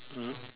mm